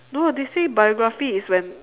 no lah they say biography is when